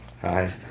Hi